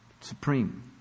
supreme